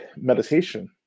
meditation